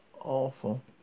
awful